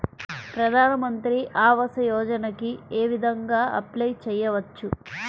ప్రధాన మంత్రి ఆవాసయోజనకి ఏ విధంగా అప్లే చెయ్యవచ్చు?